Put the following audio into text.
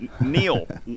Neil